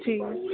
जी